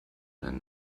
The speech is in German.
eine